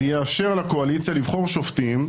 זה יאפשר לקואליציה לבחור שופטים,